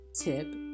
tip